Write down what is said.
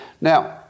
Now